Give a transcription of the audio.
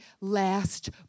last